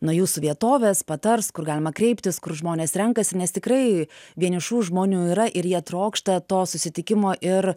nuo jūsų vietovės patars kur galima kreiptis kur žmonės renkasi nes tikrai vienišų žmonių yra ir jie trokšta to susitikimo ir